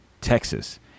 Texas